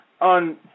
On